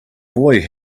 boy